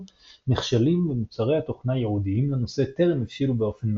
נכשלים ומוצרי התוכנה הייעודיים לנושא טרם הבשילו באופן מלא.